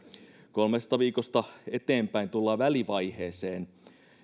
kolmesta viikosta eteenpäin tullaan välivaiheeseen